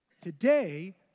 Today